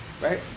Right